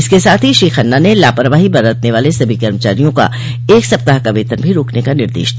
इसके साथ ही श्री खन्ना ने लापरवाही बरतने वाले सभी कर्मचारियों का एक सप्ताह का वेतन भी रोकने का निर्देश दिया